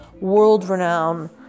world-renowned